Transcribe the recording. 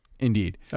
Indeed